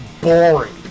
boring